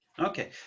Okay